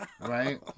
Right